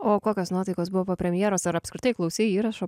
o kokios nuotaikos buvo po premjeros ar apskritai klausei įrašo